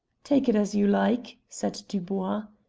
take it as you like, said dubois.